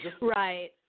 Right